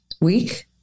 week